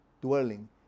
dwelling